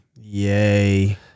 Yay